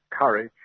courage